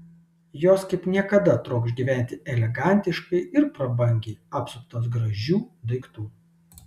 jos kaip niekada trokš gyventi elegantiškai ir prabangiai apsuptos gražių daiktų